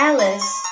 Alice